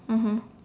mmhmm